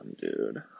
dude